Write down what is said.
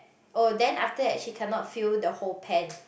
oh then after that she cannot feel the whole pan